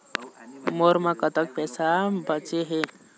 मोर म कतक पैसा बचे हे?